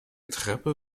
treppe